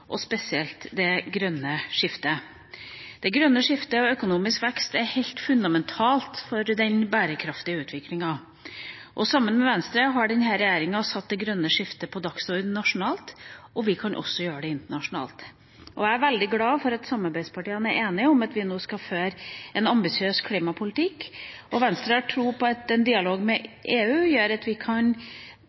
og spesielt det grønne skiftet. Det grønne skiftet innenfor økonomisk vekst er helt fundamentalt for den bærekraftige utviklinga. Sammen med Venstre har denne regjeringa satt det grønne skiftet på dagsordenen nasjonalt, og vi kan også gjøre det internasjonalt. Jeg er veldig glad for at samarbeidspartiene er enige om at vi nå skal føre en ambisiøs klimapolitikk, og Venstre har tro på at en dialog med EU gjør at vi kan